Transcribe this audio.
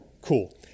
Cool